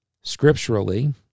scripturally